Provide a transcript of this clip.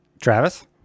Travis